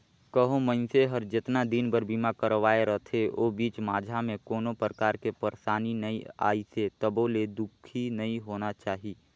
कहो मइनसे हर जेतना दिन बर बीमा करवाये रथे ओ बीच माझा मे कोनो परकार के परसानी नइ आइसे तभो ले दुखी नइ होना चाही